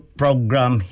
program